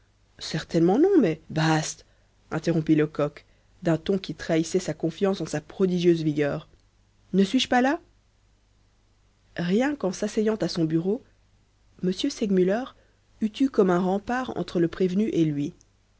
certainement non mais bast interrompit lecoq d'un ton qui trahissait sa confiance en sa prodigieuse vigueur ne suis-je pas là rien qu'en s'asseyant à son bureau m segmuller eût eu comme un rempart entre le prévenu et lui